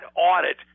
audit